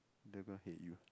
then everyone hate you